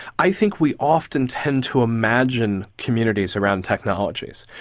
i think we often tend to imagine communities around technologies.